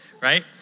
right